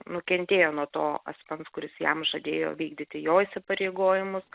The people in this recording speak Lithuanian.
nukentėjo nuo to asmens kuris jam žadėjo vykdyti jo įsipareigojimus